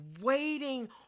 waiting